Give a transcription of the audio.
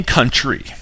Country